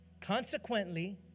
Consequently